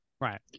Right